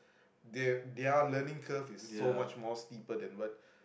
they their learning curve is so much more steeper than what